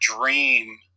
dream